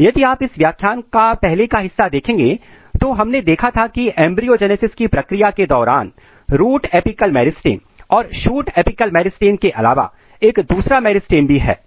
यदि आप इस व्याख्यान का पहले का हिस्सा देखेंगे तो हमने देखा था की एंब्रियो जेनेसिस की प्रक्रिया के दौरान रूट अपिकल मेरिस्टम और शूट अपिकल मेरिस्टम के अलावा एक दूसरा मेरिस्टम भी है